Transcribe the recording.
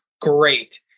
great